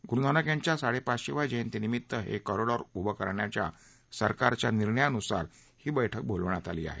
ग्रु नानक यांच्या साडेपाचशेव्या जयंती निमितानं हे कॉरिडॉर उभं करण्याच्या सरकारच्या निर्णयान्सार ही बैठक बोलावण्यात आली आहे